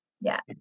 Yes